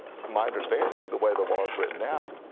my understanding, the way the law is written now,